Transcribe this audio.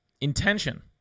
Intention